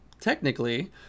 Technically